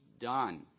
done